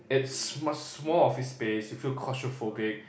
it's much small office space you feel claustrophobic